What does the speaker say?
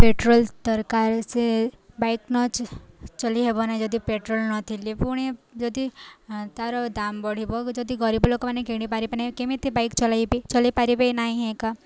petrol ଦରକାର ସେ bike ନ ଚ ଚଳି ହେବ ନାହିଁ ଯଦି ପେଟ୍ରୋଲ୍ ନଥିଲେ ପୁଣି ଯଦି ତା'ର ଦାମ ବଢ଼ିବ ଯଦି ଗରିବ ଲୋକମାନେ କିଣି ପାରିବେ ନାହିଁ କେମିତି ବାଇକ୍ ଚଲାଇବେ ଚଲାଇ ପାରିବେ ନାହିଁ ଏକା